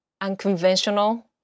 Unconventional